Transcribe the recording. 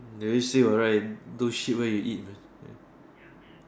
they always say what right don't where you eat man right